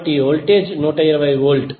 కాబట్టి voltage 120 volt